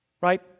Right